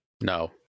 No